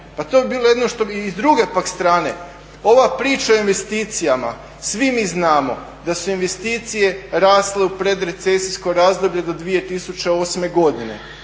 ostvarile. I s druge pak strane ova priča o investicijama, svi mi znamo da su investicije rasle u predrecesijsko razdoblje do 2008.godine,